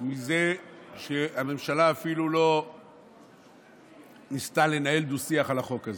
מזה שהממשלה אפילו לא ניסתה לנהל דו-שיח על החוק הזה.